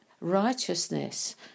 righteousness